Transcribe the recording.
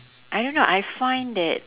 I don't know I find that